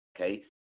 Okay